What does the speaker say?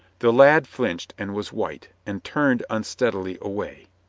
the lad flinched and was white, and turned un steadily away.